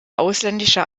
ausländischer